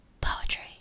Poetry